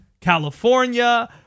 California